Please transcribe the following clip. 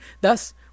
Thus